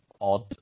odd